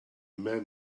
man